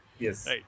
Yes